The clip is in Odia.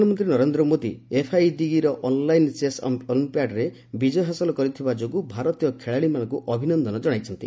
ପ୍ରଧାନମନ୍ତ୍ରୀ Narendra Modi FIDE online chess ଅଲମ୍ପିଆଡ୍ରେ ବିଜୟ ହାସଲ କରିଥିବା ଯୋଗୁଁ ଭାରତୀୟ ଖେଳାଳିମାନଙ୍କୁ ଅଭିନନ୍ଦନ କଣାଇଛନ୍ତି